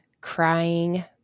crying